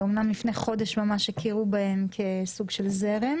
אמנם לפני חודש הכירו בהם כסוג של זרם